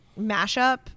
mashup